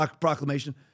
Proclamation